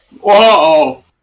Whoa